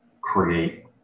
create